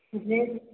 जी